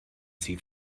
sie